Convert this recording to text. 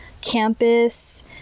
campus